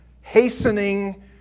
hastening